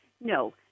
No